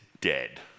dead